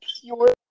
pure